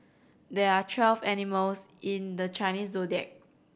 there are twelve animals in the Chinese Zodiac